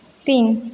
तीन